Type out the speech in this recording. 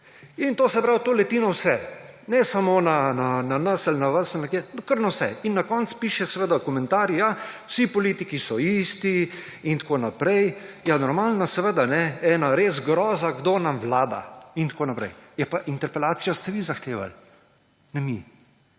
napisala, in to leti na vse. Ne samo na nas ali na vas, kar na vse. Na koncu pišejo seveda komentarje, češ, vsi politiki so isti in tako naprej. Ja, normalno, ena res groza, kdo nam vlada in tako naprej. Ja, ampak interpelacijo ste vi zahtevali, ne mi.